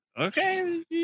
okay